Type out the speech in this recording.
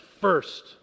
first